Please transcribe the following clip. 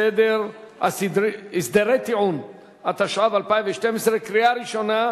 הצעת החוק עברה בקריאה ראשונה ותועבר להכנתה לקריאה שנייה